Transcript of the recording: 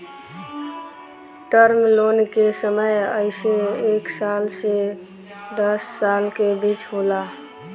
term loan के समय अइसे एक साल से दस साल के बीच होला